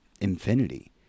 infinity